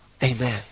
amen